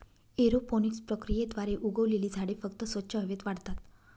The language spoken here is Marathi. एरोपोनिक्स प्रक्रियेद्वारे उगवलेली झाडे फक्त स्वच्छ हवेत वाढतात